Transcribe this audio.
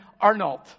Arnold